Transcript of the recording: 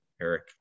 Eric